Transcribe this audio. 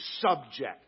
subject